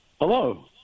Hello